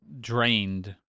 drained